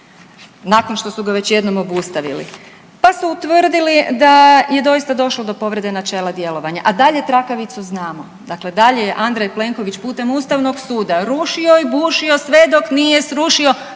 nakon što su ga već jednom obustavili, pa su utvrdili da je doista došlo do povrede načela djelovanja, a dalje trakavicu znamo, dakle dalje je Andrej Plenković putem ustavnog suda rušio i bušio sve dok nije srušio